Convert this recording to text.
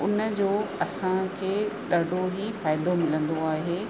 उन जो असांखे ॾाढो ई फ़ाइदो मिलंदो आहे